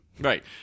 Right